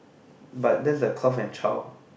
but then the cloth and child